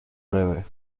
breve